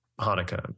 Hanukkah